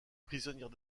prisonnière